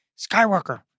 Skywalker